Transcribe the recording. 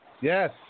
Yes